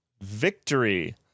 victory